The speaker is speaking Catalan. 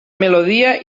melodia